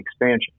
expansion